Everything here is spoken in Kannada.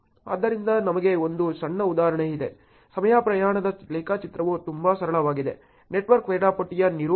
ಆದ್ದರಿಂದ ನನಗೆ ಒಂದು ಸಣ್ಣ ಉದಾಹರಣೆಯಿದೆ ಸಮಯ ಪ್ರಮಾಣದ ರೇಖಾಚಿತ್ರವು ತುಂಬಾ ಸರಳವಾಗಿದೆ ನೆಟ್ವರ್ಕ್ ವೇಳಾಪಟ್ಟಿಯ ನಿರೂಪಣೆಗಳು